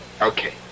Okay